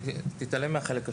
תתעלם מהחלק השני.